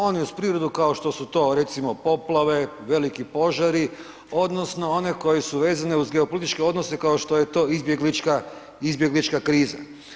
One uz prirodu kao što su to recimom poplave, veliki požari, odnosno one koje su vezane uz geopolitičke odnose kao što je to izbjeglička kriza.